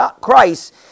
Christ